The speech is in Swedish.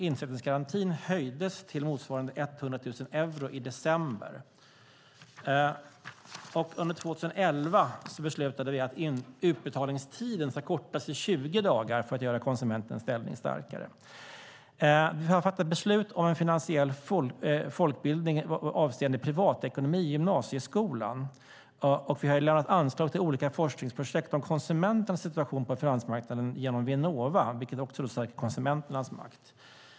Insättningsgarantin höjdes till motsvarande 100 000 euro i december. Under 2011 beslutade vi att utbetalningstiden ska kortas till 20 dagar för att göra konsumenternas ställning starkare. Vi har fattat beslut om finansiell folkbildning i gymnasieskolan avseende privatekonomi. Genom Vinnova har vi gett anslag till olika forskningsprojekt om konsumenternas situation på finansmarknaden, vilket stärker konsumenternas makt.